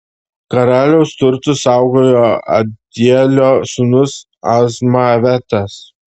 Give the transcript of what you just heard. karaliaus turtus saugojo adielio sūnus azmavetas